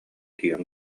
тиийэн